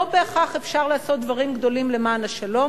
בהכרח אפשר לעשות דברים גדולים למען השלום